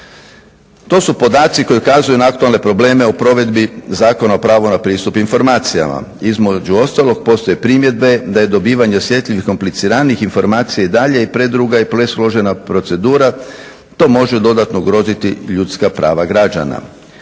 To su podaci koji ukazuju na aktualne probleme u provedbi Zakona o pravu na pristup informacijama. Između ostalog, postoje primjedbe da je dobivanje osjetljivih, kompliciranijih informacija i dalje preduga i presložena procedura. To može dodatno ugroziti ljudska prava građana.